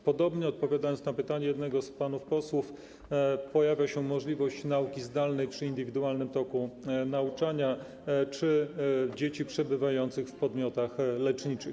Podobnie - odpowiadam tu na pytanie jednego z panów posłów - pojawia się możliwość nauki zdalnej w przypadku indywidualnego toku nauczania czy dzieci przebywających w podmiotach leczniczych.